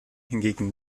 hingegen